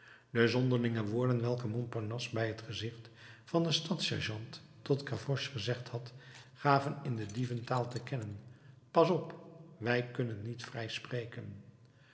de zonderlinge woorden welke montparnasse bij t gezicht van den stadssergeant tot gavroche gezegd had gaven in de dieventaal te kennen pas op wij kunnen niet vrij spreken